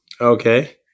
Okay